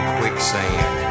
quicksand